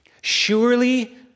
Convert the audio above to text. surely